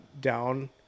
Down